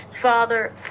Father